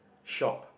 shop